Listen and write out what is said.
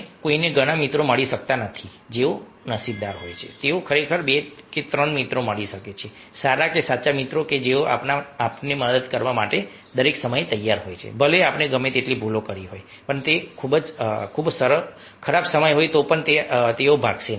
કોઈને ઘણા મિત્રો મળી શકતા નથી જેઓ નસીબદાર હોય છે તેઓને ખરેખર 2 3 મિત્રો મળી શકે છે સારા કે સાચા મિત્રો કે જેઓ આપણને મદદ કરવા માટે દરેક સમયે તૈયાર હોય છે ભલે આપણે કેટલીક ભૂલો કરી હોય ખૂબ જ ખરાબ હોય તો પણ તેઓ ભાગશે નહીં